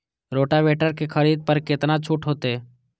Rotavator के खरीद पर केतना छूट होते?